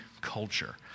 culture